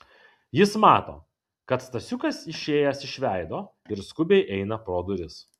jis mato kad stasiukas išėjęs iš veido ir skubiai eina pro duris